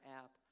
app